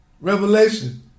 Revelation